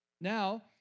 Now